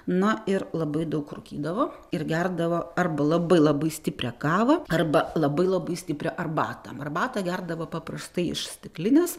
na ir labai daug rūkydavo ir gerdavo arba labai labai stiprią kavą arba labai labai stiprią arbatą arbatą gerdavo paprastai iš stiklinės